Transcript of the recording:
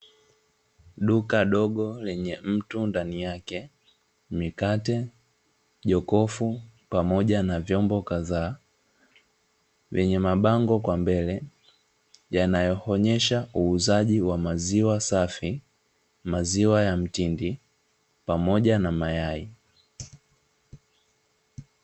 Duka dogo lenye mto ndani yake, mikate, jokofu pamoja na vyombo kadhaa .lenye mabango kwa mbele yanayoonyesha uuzaji wa maziwa safi, maziwa ya mtindi pamoja na mayai .